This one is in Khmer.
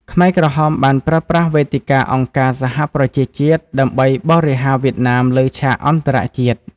ខ្មែរក្រហមបានប្រើប្រាស់វេទិកាអង្គការសហប្រជាជាតិដើម្បីបរិហារវៀតណាមលើឆាកអន្តរជាតិ។